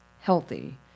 healthy